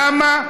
למה?